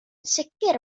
sicr